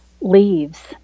leaves